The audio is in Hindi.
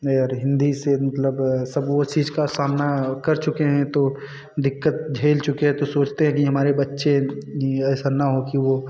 हिंदी से मतलब सब वह चीज़ का का सामना कर चुके हैं तो दिक्कत झेल चुके हैं तो सोचते हैं कि हमारे बच्चे ई ऐसा ना हो कि वह